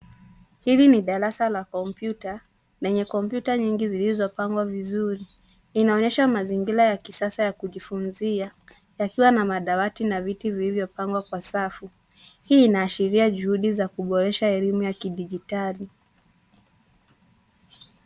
Hili ni darasa la kompyuta lenye kompyuta nyingi zilizopangwa vizuri. Inaonyesha mazingira ya kisasa ya kujifunzia yakiwa na madawati na viti vilivyopangwa kwa safu. Hii inaashiria juhudi za kuboresha elimu ya kidijitali.